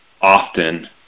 often